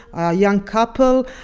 a young couple,